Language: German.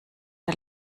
der